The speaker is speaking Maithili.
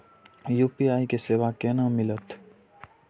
यू.पी.आई के सेवा केना मिलत?